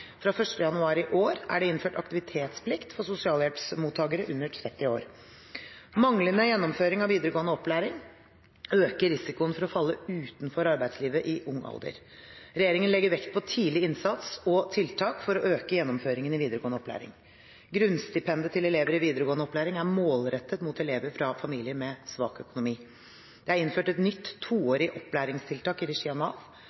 Fra 1. januar i år er det innført aktivitetsplikt for sosialhjelpsmottakere under 30 år. Manglende gjennomføring av videregående opplæring øker risikoen for å falle utenfor arbeidslivet i ung alder. Regjeringen legger vekt på tidlig innsats og tiltak for å øke gjennomføringen i videregående opplæring. Grunnstipendet til elever i videregående opplæring er målrettet mot elever fra familier med svak økonomi. Det er innført et nytt, toårig opplæringstiltak i regi av Nav.